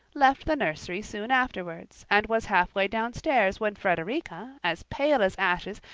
left the nursery soon afterwards, and was half-way downstairs, when frederica, as pale as ashes,